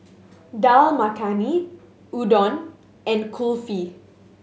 Dal Makhani Udon and Kulfi